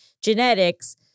genetics